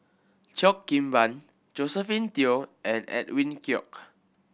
Cheo Kim Ban Josephine Teo and Edwin Koek